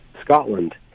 Scotland